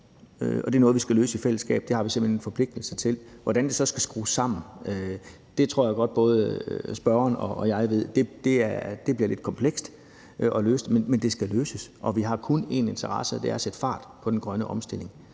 det er noget, vi skal løse i fællesskab. Det har vi simpelt hen en forpligtelse til. Hvordan den så skal skrues sammen, tror jeg godt at både spørgeren og jeg ved bliver lidt komplekst at løse, men det skal løses, og vi har kun én interesse, og det er at sætte fart på den grønne omstilling,